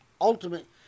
ultimate